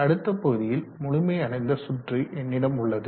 அடுத்த பகுதியில் முழுமையடைந்த சுற்று என்னிடம் உள்ளது